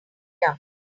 jump